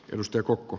risto kokko